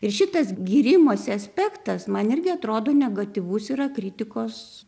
ir šitas gyrimosi aspektas man irgi atrodo negatyvus yra kritikos